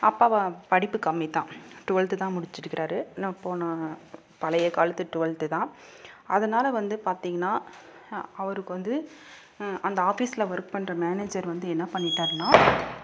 அப்பா படிப்பு கம்மி தான் டுவெல்த்து தான் முடிச்சுருக்குறாரு ஆனால் போனல் பழைய காலத்து டுவெல்த்து தான் அதனால் வந்து பார்த்திங்கனா அ அவருக்கு வந்து அந்த ஆஃபிஸில் ஒர்க் பண்ணுற மேனேஜர் வந்து என்ன பண்ணியிட்டாருன்னா